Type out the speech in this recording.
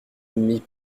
ennemis